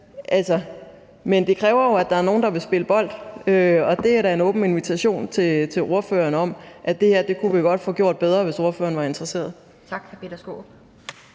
Men det kræver jo, at der er nogle, der vil spille bold, og det er da en åben invitation til ordføreren om, at det her kunne vi godt få gjort bedre, hvis ordføreren var interesseret.